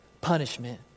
Punishment